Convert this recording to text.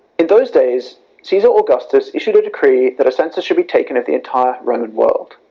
in those days caesar augustus issued a decree that a census should be taken of the entire roman world,